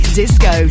disco